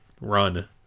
run